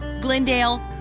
Glendale